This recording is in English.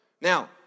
Now